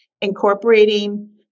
incorporating